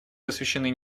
посвящены